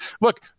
Look